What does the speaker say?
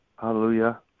hallelujah